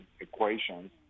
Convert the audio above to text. equations